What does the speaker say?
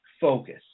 focus